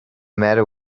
matter